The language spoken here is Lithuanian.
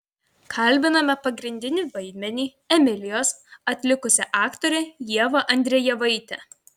kalbiname pagrindinį vaidmenį emilijos atlikusią aktorę ievą andrejevaitę